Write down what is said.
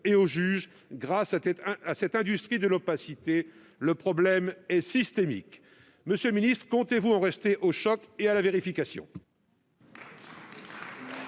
et aux juges grâce à cette industrie de l'opacité. Le problème est systémique. Monsieur le ministre, comptez-vous en rester au choc et à la vérification ?